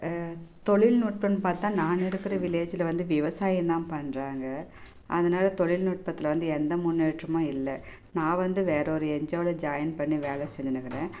தொழில்நுட்பம்னு பார்த்தா நான் இருக்கிற வில்லேஜில் வந்து விவசாயம் தான் பண்ணுறாங்க அதனால் தொழில்நுட்பத்தில் வந்து எந்த முன்னேற்றமும் இல்லை நான் வந்து வேற ஒரு என்ஜிவோட ஜாயின் பண்ணி வேலை செஞ்சுன்னுருக்குறேன்